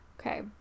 okay